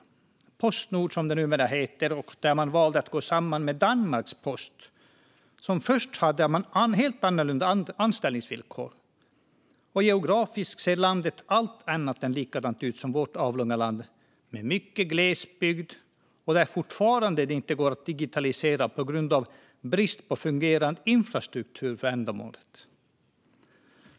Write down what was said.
När det gäller Postnord, som det numera heter, valde man att gå samman med Danmarks post, som först hade helt annorlunda anställningsvillkor. Och geografiskt ser landet allt annat än likadant ut jämfört med vårt avlånga land, där det är mycket glesbygd och där det fortfarande inte går att digitalisera på grund av brist på fungerande infrastruktur för ändamålet.